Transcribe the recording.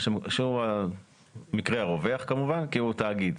שהוא המקרה הרווח כמובן, כי הוא תאגיד.